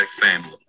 family